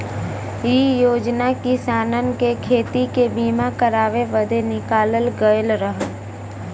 इ योजना किसानन के खेती के बीमा करावे बदे निकालल गयल रहल